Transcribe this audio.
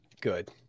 Good